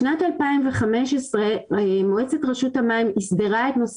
בשנת 2015 מועצת רשות המים אסדרה את נושא